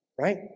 right